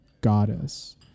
goddess